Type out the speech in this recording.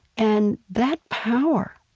and that power